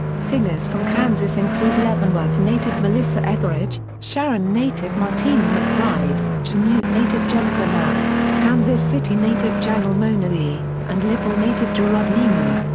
singers from kansas include leavenworth native melissa etheridge, sharon native martina mcbride, chanute native jennifer knapp, kansas city native janelle monae, and liberal native jerrod niemann.